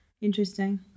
Interesting